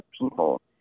people